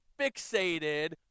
fixated